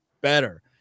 better